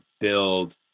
build